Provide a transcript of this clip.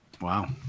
Wow